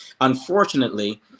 unfortunately